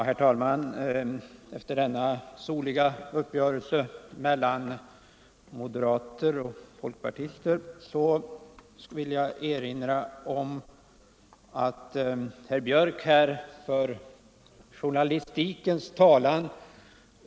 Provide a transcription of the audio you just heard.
Herr talman! Efter denna soliga uppgörelse mellan moderater och folkpartister vill jag erinra om att herr Björck i Nässjö här för journalistikens talan.